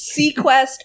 sequest